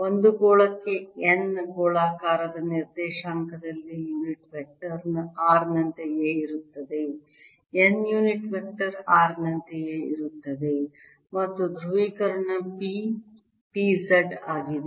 ಒಂದು ಗೋಳಕ್ಕೆ n ಗೋಳಾಕಾರದ ನಿರ್ದೇಶಾಂಕದಲ್ಲಿ ಯುನಿಟ್ ವೆಕ್ಟರ್ r ನಂತೆಯೇ ಇರುತ್ತದೆ n ಯುನಿಟ್ ವೆಕ್ಟರ್ r ನಂತೆಯೇ ಇರುತ್ತದೆ ಮತ್ತು ಧ್ರುವೀಕರಣ p p z ಆಗಿದೆ